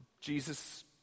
jesus